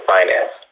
Finance